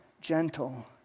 gentle